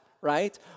right